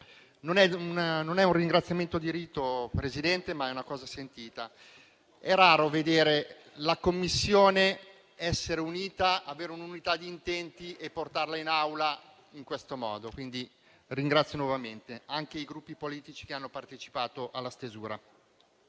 Non è un ringraziamento di rito, presidente Craxi, ma è una cosa sentita. È raro vedere la Commissione unita, esprimere un'unità di intenti e riportarla in Aula in questo modo. Quindi, ringrazio anche i Gruppi politici che hanno partecipato alla stesura